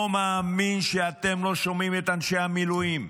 לא מאמין שאתם לא שומעים את אנשי המילואים,